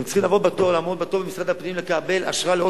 הם צריכים לעמוד בתור במשרד הפנים לקבל אשרה לעוד